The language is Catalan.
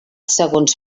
segons